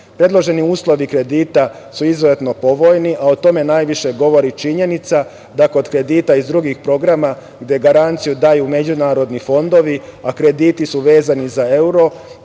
meseca. Predloženi uslovi kredita su izuzetno povoljni, a o tome najviše govori činjenica da kod kredita iz drugih programa gde garanciju daju međunarodni fondovi a krediti su vezani za evro